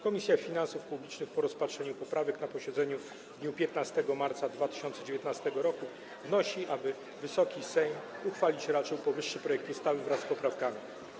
Komisja Finansów Publicznych, po rozpatrzeniu poprawek na posiedzeniu w dniu 15 marca 2019 r., wnosi, aby Wysoki Sejm uchwalić raczył powyższy projekt ustawy wraz z poprawkami.